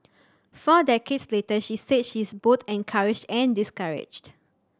four decades later she said she is both encouraged and discouraged